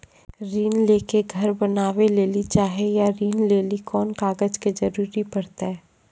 ऋण ले के घर बनावे लेली चाहे या ऋण लेली कोन कागज के जरूरी परतै?